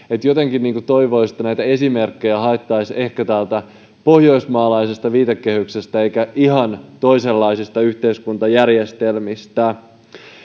jotenkin toivoisi että näitä esimerkkejä haettaisiin ehkä täältä pohjoismaisesta viitekehyksestä eikä ihan toisenlaisista yhteiskuntajärjestelmistä